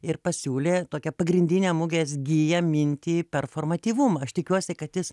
ir pasiūlė tokią pagrindinę mugės giją mintį performatyvumą aš tikiuosi kad jis